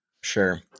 Sure